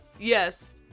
Yes